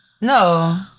no